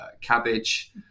cabbage